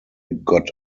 got